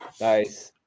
Nice